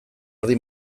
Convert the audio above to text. erdi